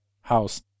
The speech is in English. house